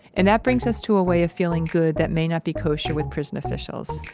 and that brings us to a way of feeling good that may not be kosher with prison officials.